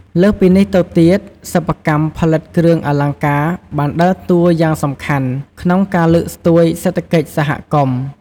លើសពីនេះទៅទៀតសិប្បកម្មផលិតគ្រឿងអលង្ការបានដើរតួរយ៉ាងសំខាន់ក្នុងការលើកស្ទួយសេដ្ធកិច្ចសហគមន៏។